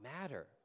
matter